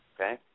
Okay